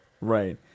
right